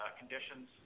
conditions